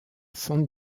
san